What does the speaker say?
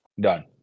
Done